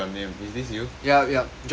yup yup join join join